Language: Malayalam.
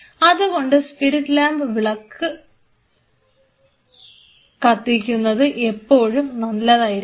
അത് കൊണ്ട് സ്പിരിറ്റുലാമ്പ് കത്തിക്കുന്നത് എപ്പോഴും നല്ലതായിരിക്കും